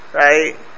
right